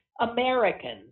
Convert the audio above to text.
Americans